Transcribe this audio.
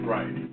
Right